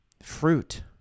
fruit